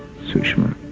sushma.